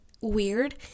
weird